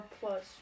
plus